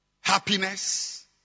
Happiness